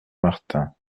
martin